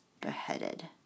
beheaded